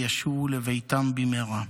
וישובו לביתם במהרה.